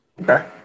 Okay